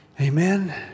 Amen